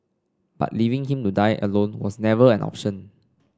but leaving him to die alone was never an option